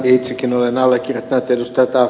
itsekin olen allekirjoittanut ed